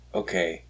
okay